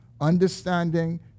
understanding